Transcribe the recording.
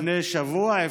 לפני שבוע.